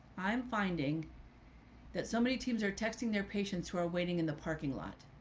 i'm finding that so many teams are texting their patients who are waiting in the parking lot,